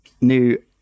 new